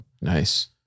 Nice